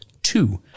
Two